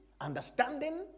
understanding